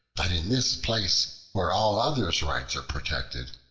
that in this place where all others' rights are protected,